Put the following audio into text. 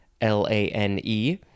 L-A-N-E